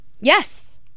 Yes